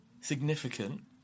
...significant